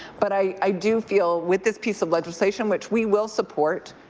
but i i do feel with this piece of legislation, which we will support,